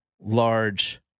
large